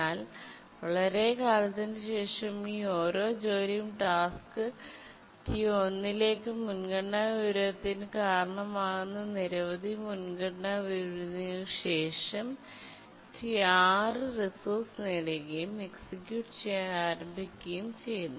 എന്നാൽ വളരെക്കാലത്തിനുശേഷം ഈ ഓരോ ജോലിയും ടാസ്ക് T 1 ലേക്ക് മുൻഗണനാ വിപരീതത്തിന് കാരണമാകുന്ന നിരവധി മുൻഗണനാ വിപരീതങ്ങൾക്ക് ശേഷം ടാസ്ക് ടി 6 റിസോഴ്സ് നേടുകയും എക്സിക്യൂട്ട് ചെയ്യാൻ ആരംഭിക്കുകയും ചെയ്യുന്നു